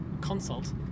Consult